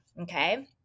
okay